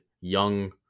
young